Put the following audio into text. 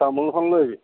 তামোলখন লৈ আহিবি